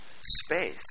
space